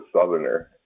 Southerner